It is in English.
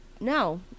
No